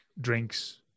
drinks